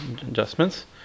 adjustments